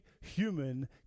human